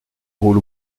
roule